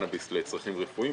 קנאביס לצרכים רפואיים,